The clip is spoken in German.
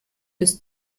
des